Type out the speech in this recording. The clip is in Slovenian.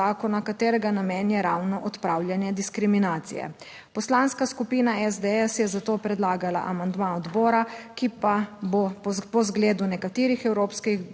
katerega namen je ravno odpravljanje diskriminacije. Poslanska skupina SDS je zato predlagala amandma odbora, ki pa bo po zgledu nekaterih evropskih